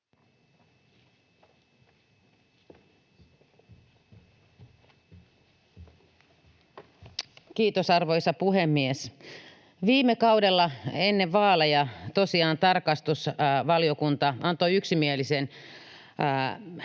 Kiitos, arvoisa puhemies! Viime kaudella ennen vaaleja tosiaan tarkastusvaliokunta antoi yksimielisen